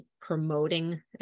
promoting